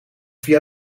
via